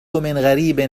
غريب